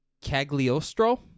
Cagliostro